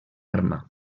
arma